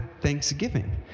thanksgiving